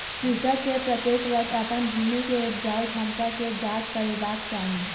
कृषक के प्रत्येक वर्ष अपन भूमि के उपजाऊ क्षमता के जांच करेबाक चाही